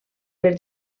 per